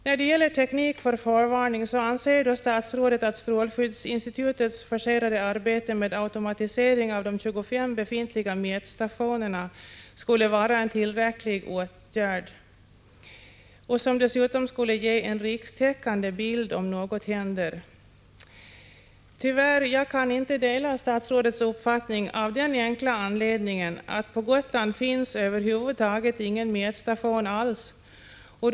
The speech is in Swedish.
När det gäller teknik för förvarning anser statsrådet att strålskyddsinstitutets forcerade arbete med automatisering av de 25 befintliga mätstationerna skulle vara en tillräcklig åtgärd, som dessutom skulle ge en rikstäckande bild om något händer. Jag kan tyvärr inte dela statsrådets uppfattning, av den enkla anledningen att det på Gotland inte finns någon mätstation över huvud taget.